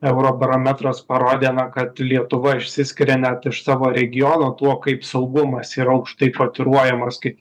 eurobarometras parodė na kad lietuva išsiskiria net iš savo regiono tuo kaip saugumas yra aukštai kotiruojamas kaip